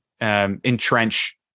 entrench